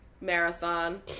marathon